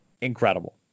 incredible